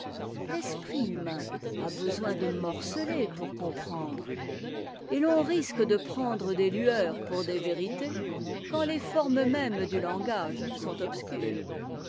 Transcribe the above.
l'esprit humain a besoin de morceler pour comprendre et l'on risque de prendre des lueurs pour des vérités quand tes formes mêmes du langage sont obscures